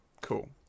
cool